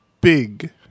big